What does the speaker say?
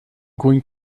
going